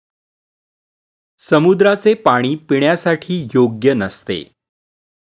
समुद्राचे पाणी पिण्यासाठी योग्य नसते